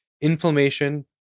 inflammation